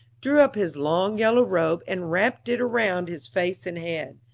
drew up his long yellow robe and wrapped it round his face and head.